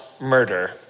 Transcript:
murder